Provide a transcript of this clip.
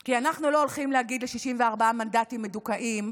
כי אנחנו לא הולכים להגיד ל-64 מנדטים מדוכאים: